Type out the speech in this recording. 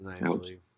nicely